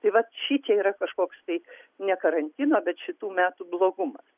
tai vat šičia yra kažkoks tai nekarantino bet šitų metų blogumas